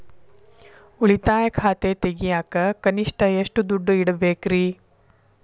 ಉಳಿತಾಯ ಖಾತೆ ತೆಗಿಯಾಕ ಕನಿಷ್ಟ ಎಷ್ಟು ದುಡ್ಡು ಇಡಬೇಕ್ರಿ?